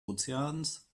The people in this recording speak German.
ozeans